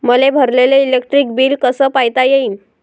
मले भरलेल electric bill कस पायता येईन?